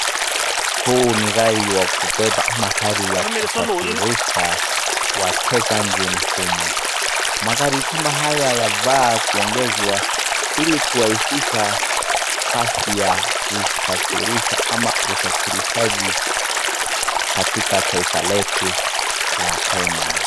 Huu ni gari wakubeba ama gari ya kusafirisha wateja nchini humu. Magari kama haya yafaa kuongezwa ili kurahisisha kazi ya kusafirisha ama usafirishaji katika taifa letu la Kenya.